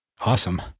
awesome